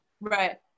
Right